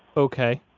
ok